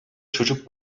çocuk